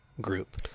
group